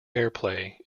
airplay